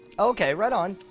okay, right on,